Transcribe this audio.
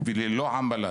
וללא עמלה